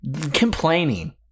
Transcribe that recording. Complaining